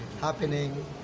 happening